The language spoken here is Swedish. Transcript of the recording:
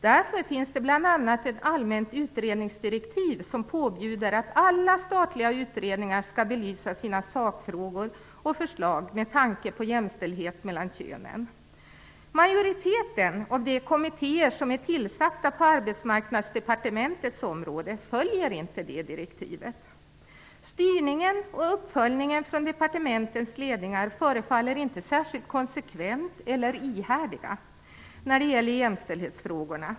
Därför finns det bl.a. ett allmänt utredningsdirektiv som påbjuder att alla statliga utredningar skall belysa sina sakfrågor och förslag med tanke på jämställdhet mellan könen. Majoriteten av de kommittéer som är tillsatta på Arbetsmarknadsdepartementets område följer inte det direktivet. Styrningen och uppföljningen från departementens ledningar förefaller inte särskilt konsekventa eller ihärdiga när det gäller jämställdhetsfrågorna.